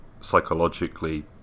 psychologically